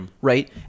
Right